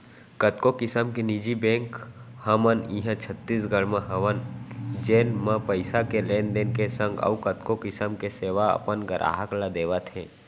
कतको किसम के निजी बेंक हमन इहॉं छत्तीसगढ़ म हवय जेन म पइसा के लेन देन के संग अउ कतको किसम के सेवा अपन गराहक ल देवत हें